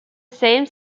same